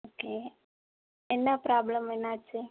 okay என்ன problem என்ன ஆச்சு